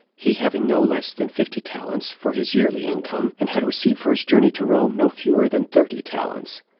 he having no less than fifty talents for his yearly income, and had received for his journey to rome no fewer than thirty talents.